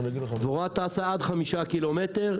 דבורה טסה עד 5 קילומטר.